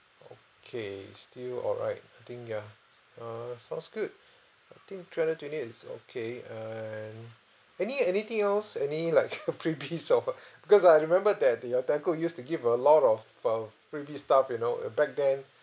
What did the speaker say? uh okay still all right I think ya err sounds good I think three hundred and twenty eight is okay and any anything else any like freebies or because I remember that the uh telco used to give a lot of uh freebie stuff you know uh back then